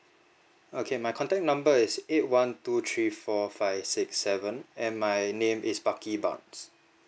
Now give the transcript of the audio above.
okay my contact number is eight one two three four five six seven and my name is sparky bucks